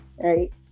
right